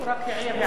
הוא רק העיר הערה.